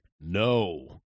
No